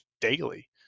daily